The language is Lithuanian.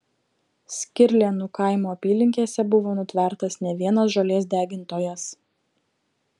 skirlėnų kaimo apylinkėse buvo nutvertas ne vienas žolės degintojas